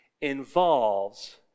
involves